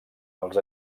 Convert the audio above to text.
els